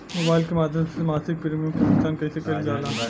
Mobile के माध्यम से मासिक प्रीमियम के भुगतान कैसे कइल जाला?